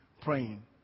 Praying